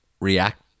react